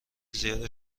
زیاد